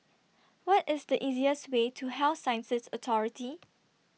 What IS The easiest Way to Health Sciences Authority